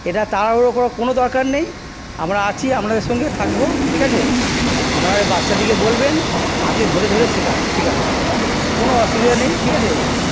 এটা তাড়াহুড়ো করার কোনো দরকার নেই আমরা আছি আপনাদের সঙ্গে থাকব ঠিক আছে আপনাদের বাচ্ছাদিকে বলবেন হাতে ধরে ধরে শিখাতে শিখাবে স্যার কোনো অসুবিধা নেই ঠিক আছে